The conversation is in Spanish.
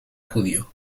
judío